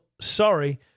sorry